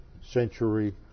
century